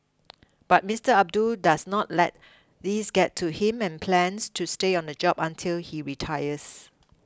but Mister Abdul does not let these get to him and plans to stay on the job until he retires